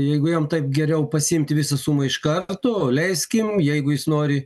jeigu jam geriau pasiimt visą sumą iš karto leiskim jeigu jis nori